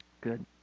Good